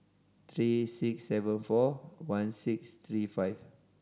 three six seven four one six three five